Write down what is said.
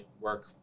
work